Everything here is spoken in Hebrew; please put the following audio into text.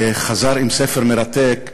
וחזר עם ספר מרתק ומאלף,